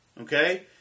okay